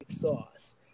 sauce